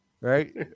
right